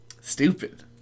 Stupid